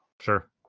Sure